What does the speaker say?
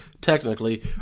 technically